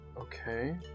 Okay